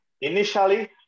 Initially